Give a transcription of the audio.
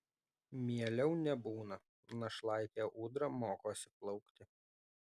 mieliau nebūna našlaitė ūdra mokosi plaukti